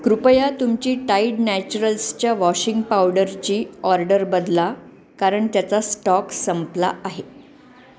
कृपया तुमची टाईड नॅचरल्सच्या वॉशिंग पावडरची ऑर्डर बदला कारण त्याचा स्टॉक संपला आहे